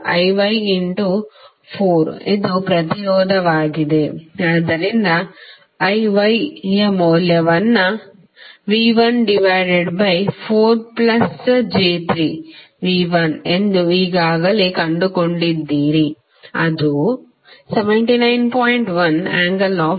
IY4 ಅದು ಪ್ರತಿರೋಧವಾಗಿದೆ ಆದ್ದರಿಂದ IY ಯ ಮೌಲ್ಯವನ್ನು V14j3 V1 ಎಂದು ಈಗಾಗಲೇ ಕಂಡುಕೊಂಡಿದ್ದೀರಿ ಅದು 79